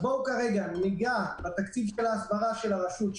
בואו ניקח כרגע מהתקציב של ההסברה של הרשות.